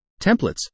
Templates